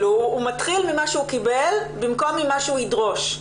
הוא מתחיל ממה שהוא קיבל במקום ממה שהוא ידרוש.